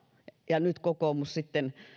ja nyt kokoomus sitten